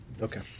Okay